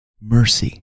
mercy